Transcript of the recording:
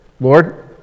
Lord